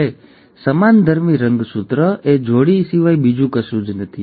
હવે સમાનધર્મી રંગસૂત્ર એ જોડી સિવાય બીજું કશું જ નથી